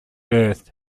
earth